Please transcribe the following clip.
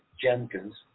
Jenkins